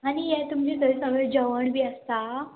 आनी हें तुमचें थंय सगळें जेवण बी आसता